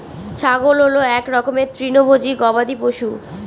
ছাগল হল এক রকমের তৃণভোজী গবাদি পশু